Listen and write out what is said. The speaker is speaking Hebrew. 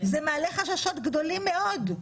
זה מעלה חששות גדולים מאוד.